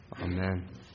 Amen